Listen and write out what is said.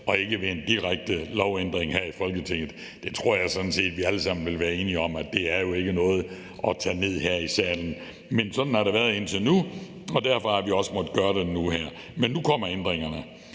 og ikke ved en direkte lovændring her i Folketinget. Det tror jeg sådan set vi alle sammen vil være enige om ikke er noget at tage ned her i salen, men sådan har det været indtil nu, og derfor har vi også måttet gøre det nu her. Men nu kommer ændringerne.